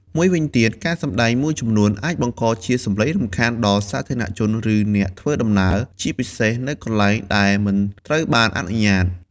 មួយវិញទៀត ការសម្ដែងមួយចំនួនអាចបង្កជាសំឡេងរំខានដល់សាធារណជន ឬអ្នកធ្វើដំណើរ ជាពិសេសនៅកន្លែងដែលមិនត្រូវបានអនុញ្ញាត។